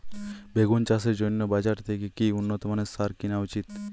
বেগুন চাষের জন্য বাজার থেকে কি উন্নত মানের সার কিনা উচিৎ?